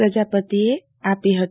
પ્રજાપતિએ આપી હતી